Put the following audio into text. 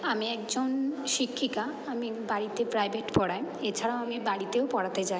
আমি একজন শিক্ষিকা আমি বাড়িতে প্রাইভেট পড়াই এছাড়াও আমি বাড়িতেও পড়াতে যায়